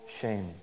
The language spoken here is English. shame